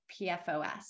PFOS